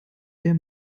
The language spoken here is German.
der